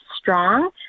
strong